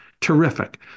terrific